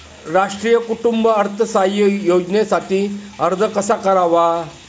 राष्ट्रीय कुटुंब अर्थसहाय्य योजनेसाठी अर्ज कसा करावा?